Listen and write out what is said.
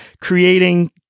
creating